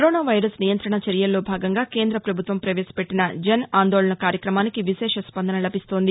corona virus నియంత్రణ చర్యల్లో భాగంగా కేంద్రప్రభుత్వం పవేశపెట్టిన జన్ ఆందోళన్ కార్యక్రమానికి విశేష స్పందన లభిస్తోంది